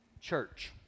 church